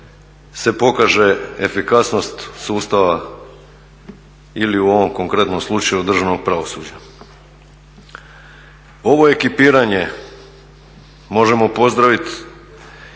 se pokaže efikasnost sustava ili u ovom konkretnom slučaju državnog pravosuđa. Ovo ekipiranje možemo pozdravit